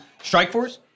Strikeforce